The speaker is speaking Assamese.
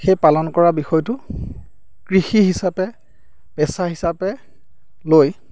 সেই পালন কৰা বিষয়টো কৃষি হিচাপে পেচা হিচাপে লৈ